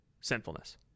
sinfulness